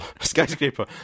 skyscraper